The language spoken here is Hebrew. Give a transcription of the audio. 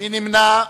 מי נמנע?